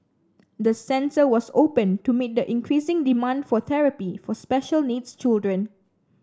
the centre was opened to meet the increasing demand for therapy for special needs children